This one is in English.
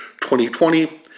2020